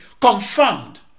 confirmed